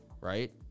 right